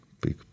big